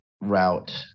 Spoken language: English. route